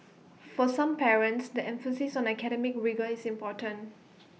for some parents the emphasis on academic rigour is important